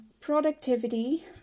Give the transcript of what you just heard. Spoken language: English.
productivity